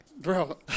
Bro